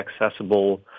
accessible